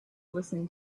listen